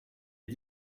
est